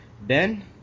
Ben